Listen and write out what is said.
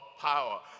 power